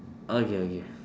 okay okay